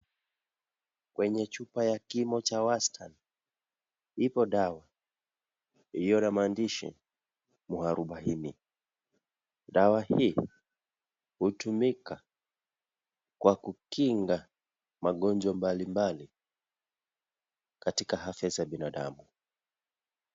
Kwenye chupa ya kimo cha wastani, ipo dawa iliyo na maandishi mwarubaine. Dawa hii, hutumika kwa kukinga maginjwa mbali mbali, katika afya za binadamu.